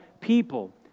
people